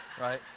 Right